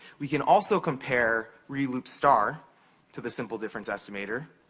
we can also compare reloop star to the simple difference estimator.